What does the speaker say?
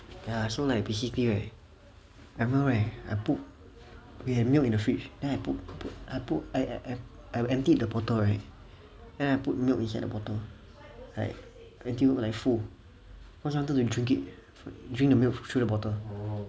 ya so like basically right I remember right I put we had milk in the fridge then I put I I I emptied the bottle right then I put milk inside the bottle until like full cause I wanted to drink it drink the milk through the bottle